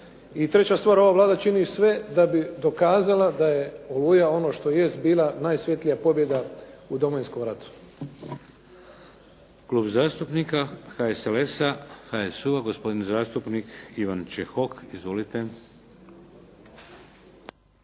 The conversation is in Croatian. treća stvar ova Vlada čini sve da bi dokazala da je «Oluja» ono što jest bila najsvjetlija pobjeda u Domovinskom ratu.